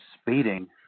speeding